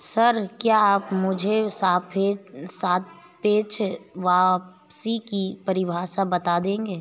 Sir, क्या आप मुझे सापेक्ष वापसी की परिभाषा बता देंगे?